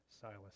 Silas